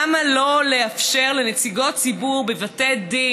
למה לא לאפשר לנציגות ציבור בבתי דין,